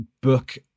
book